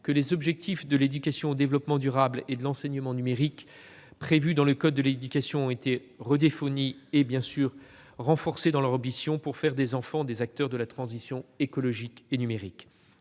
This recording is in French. que les objectifs de l'éducation au développement durable et de l'enseignement numérique prévus dans le code de l'éducation ont été redéfinis et renforcés dans leur ambition, pour faire des enfants des acteurs de la transition écologique et numérique.